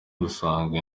gusanga